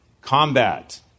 combat